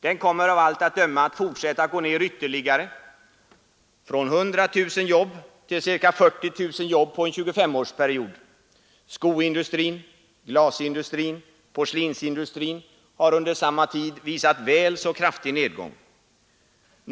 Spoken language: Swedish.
Den kommer av allt att döma att fortsätta att gå ner ytterligare från 100 000 jobb till ca 40 000 jobb på en 25-årsperiod. Skoindustrin, glasindustrin, porslinsindustrin har under samma tid visat väl så kraftig nedgång.